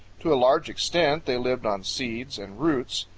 to a large extent they lived on seeds and roots.